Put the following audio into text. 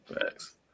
Thanks